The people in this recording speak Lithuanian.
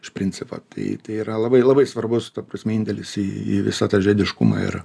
iš principo tai yra labai labai svarbus ta prasme indėlis į į visą tą žiediškumą ir